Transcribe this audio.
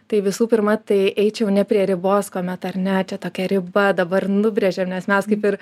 tai visų pirma tai eičiau ne prie ribos kuomet ar ne čia tokia riba dabar nubrėžiam nes mes kaip ir